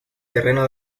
terreno